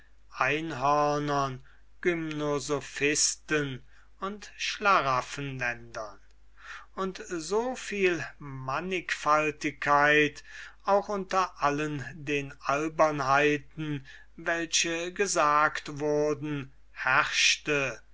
einhörnern gymnosophisten und schlaraffenländern und so viel mannichfaltigkeit auch unter allen den albernheiten welche gesagt wurden